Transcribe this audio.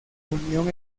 unión